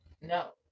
No